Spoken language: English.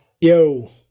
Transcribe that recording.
Yo